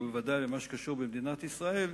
ובוודאי במה שקשור למדינת ישראל,